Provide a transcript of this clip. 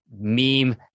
meme